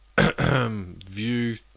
view